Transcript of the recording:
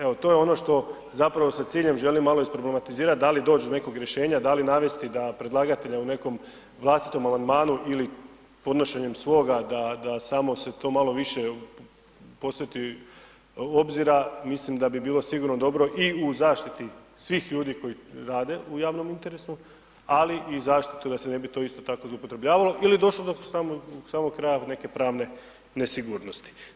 Evo, to je ono što zapravo sa ciljem želim malo isproblematizirati, da li doći do nekog rješenja, da li navesti da predlagatelja u nekom vlastitom amandmanu ili podnošenjem svoga da samo se to malo više posveti obzira, mislim da bi bilo sigurno dobro i u zaštiti svih ljudi koji rade u javnom interesu, ali i zaštiti da se ne bi to isto tako zloupotrebljavalo ili došlo do samog kraja neke pravne nesigurnosti.